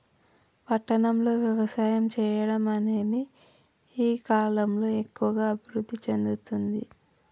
పట్టణం లో వ్యవసాయం చెయ్యడం అనేది ఈ కలం లో ఎక్కువుగా అభివృద్ధి చెందుతుంది